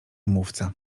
mówca